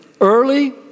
early